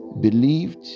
Believed